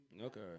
Okay